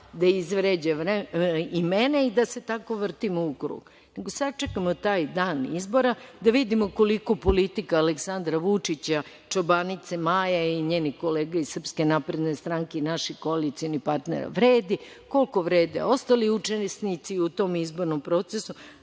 da izvređa i mene i da se tako vrtimo u krug. Nego, sačekajmo taj dan izbora, da vidimo koliko politika Aleksandra Vučića, čobanice Maje i njenih kolega iz SNS, i naših koalicionih partnera vredi, koliko vrede ostali učesnici u tom izbornom procesu,